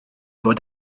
fod